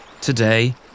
Today